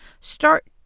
Start